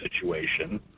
situation